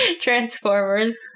Transformers